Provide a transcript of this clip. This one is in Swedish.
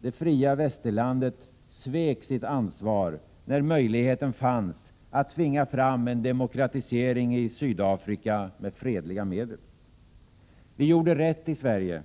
Det fria västerlandet svek sitt ansvar när möjligheten fanns att tvinga fram en demokratisering i Sydafrika med fredliga medel. Vi gjorde rätt i Sverige